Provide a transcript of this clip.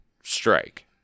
strike